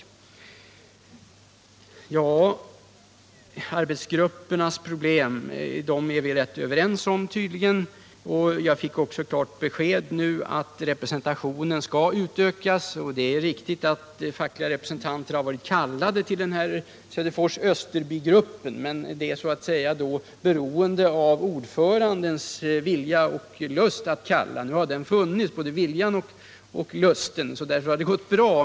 Beträffande arbetsgruppernas problem är vi tydligen ganska överens, och jag har nu också fått klart besked om att representationen skall utökas till att omfatta fackföreningar och kommuner. Det är riktigt att fackliga representanter har varit kallade till Söderfors-Österbygruppen. Men det har då varit beroende av ordförandens vilja att kalla. Nu har viljan funnits och därför har det gått bra.